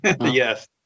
Yes